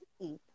eat